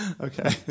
Okay